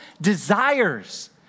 desires